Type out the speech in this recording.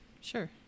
Sure